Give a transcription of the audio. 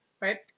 right